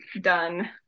done